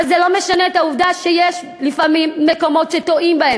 אבל זה לא משנה את העובדה שיש לפעמים מקומות שטועים בהם,